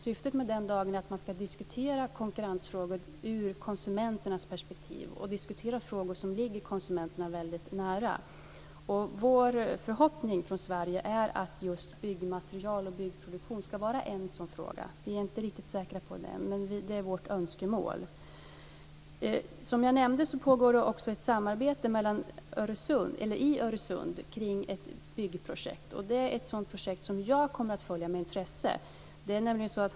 Syftet med den dagen är att man ska diskutera konkurrensfrågor ur konsumenternas perspektiv, frågor som ligger konsumenterna nära. Vår förhoppning från Sverige är att byggmaterial och byggproduktion ska vara en sådan fråga. Vi är inte riktigt säkra än, men det är vårt önskemål. Som jag nämnde pågår också ett samarbete i Öresund kring ett byggprojekt. Det projektet kommer jag att följa med intresse.